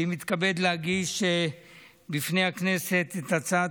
אני מתכבד להגיש בפני הכנסת את הצעת